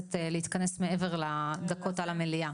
הכנסת להתכנס מעבר לדקות על המליאה.